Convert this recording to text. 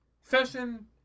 Session